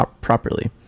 properly